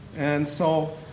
and so,